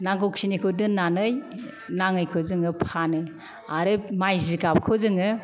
नांगौ खिनिखौ दोननानै नाङैखौ जोङो फानो आरो माइ जिगाबखौ जोङो